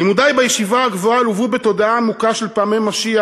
לימודי בישיבה הגבוהה לוו בתודעה עמוקה של פעמי משיח,